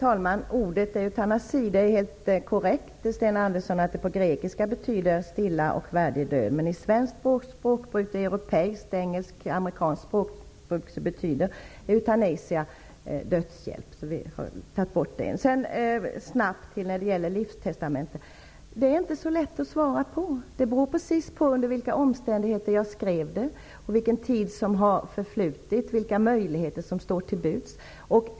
Herr talman! Det är helt korrekt, Sten Andersson i Malmö, att ordet eutanasi på grekiska betyder stilla och värdig död. Men i svenskt, europeiskt och engelskt-amerikanskt språkbruk betyder eutanesia dödshjälp. Det är inte så lätt att svara på frågan om livstestamenten. Det beror på under vilka omständigheter det skrevs, vilken tid som har förflutit och vilka möjligheter som står till buds.